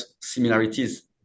similarities